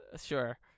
Sure